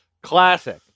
Classic